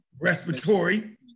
respiratory